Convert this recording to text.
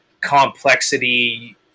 complexity